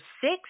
six